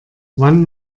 wann